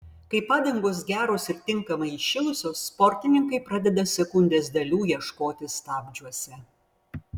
kai padangos geros ir tinkamai įšilusios sportininkai pradeda sekundės dalių ieškoti stabdžiuose